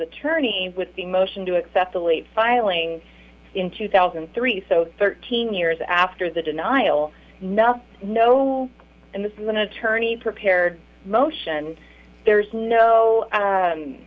attorney with the motion to accept the late filing in two thousand and three so thirteen years after the denial no no and this is an attorney prepared motion there's no